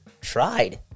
tried